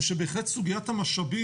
ושבהחלט סוגיית המשאבים,